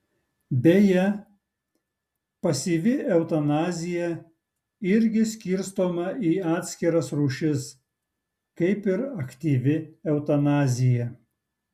beje pasyvi eutanazija irgi skirstoma į atskiras rūšis kaip ir aktyvi eutanazija